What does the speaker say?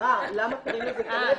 למה קוראים לזה כלבת?